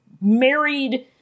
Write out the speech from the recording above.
married